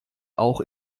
auch